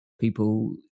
People